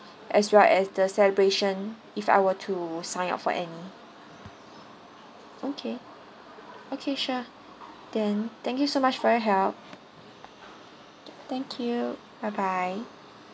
as well as the celebration if I were to sign up for any okay okay sure then thank you so much for your help thank you bye bye